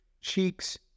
cheeks